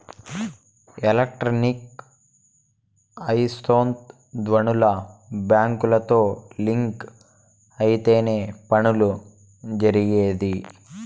electronic ఐస్కాంత ధ్వనులు బ్యాంకుతో లింక్ అయితేనే పనులు జరిగేది